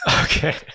Okay